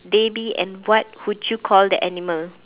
they be and what would you call the animal